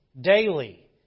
daily